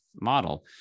model